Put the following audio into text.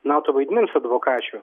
nato vaidmens advokačių